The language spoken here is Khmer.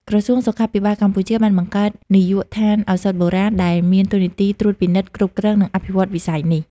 ក្រសួងសុខាភិបាលកម្ពុជា បានបង្កើត នាយកដ្ឋានឱសថបុរាណ ដែលមានតួនាទីត្រួតពិនិត្យ គ្រប់គ្រង និងអភិវឌ្ឍវិស័យនេះ។